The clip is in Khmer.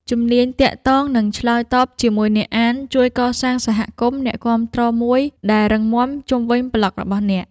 ជំនាញទាក់ទង និងឆ្លើយតបជាមួយអ្នកអាន ជួយកសាងសហគមន៍អ្នកគាំទ្រមួយដែលរឹងមាំជុំវិញប្លក់របស់អ្នក។